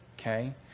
okay